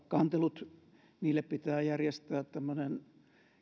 kantelut niille pitää järjestää tämmöinen